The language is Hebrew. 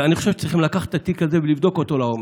אני חושב שצריך לקחת את התיק הזה ולבדוק אותו לעומק.